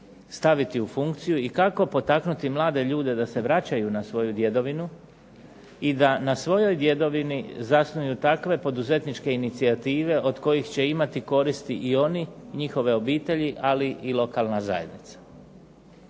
staviti u funkciju i kako potaknuti mlade ljude da se vraćaju na svoju djedovinu i da na svojoj djedovini zasnuju takve poduzetničke inicijative od kojih će imati koristi i oni, njihove obitelji, ali i lokalna zajednica.